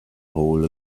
hole